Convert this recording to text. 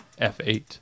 F8